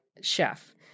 chef